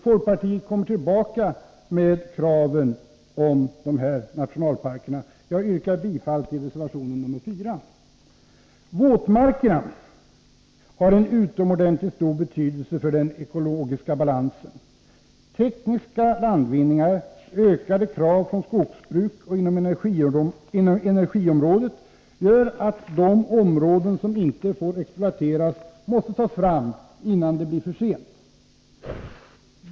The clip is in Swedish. Folkpartiet ämnar komma tillbaka med sina krav beträffande nationalparkerna. Jag yrkar bifall till reservation 4. Våtmarkerna har en utomordentligt stor betydelse för den ekologiska balansen. Tekniska landvinningar liksom ökade krav från skogsbruk och inom energiområdet gör att de områden som inte får exploateras måste tas fram nu, innan det är för sent.